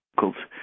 difficult